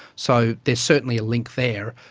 so there's certainly a link there.